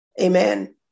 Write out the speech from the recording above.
Amen